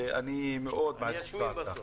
ואני מאוד --- אני אשמין בסוף.